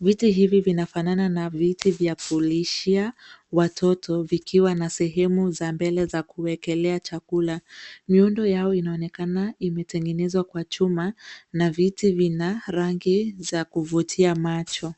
Viti hivi vinafanana na viti vya kulishia watoto vikiwa na sehemu za mbele za kuwekelea chakula. Miundo yao inaonekana imetengenezwa kwa chuma na viti vina rangi ya kuvutia macho.